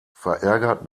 verärgert